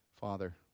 Father